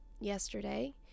yesterday